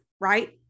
right